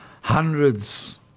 Hundreds